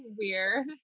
weird